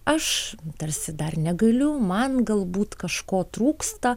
aš tarsi dar negaliu man galbūt kažko trūksta